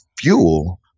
fuel